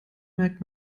merkt